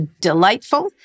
delightful